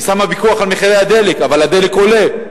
היא שמה פיקוח על מחירי הדלק, אבל מחיר הדלק עולה.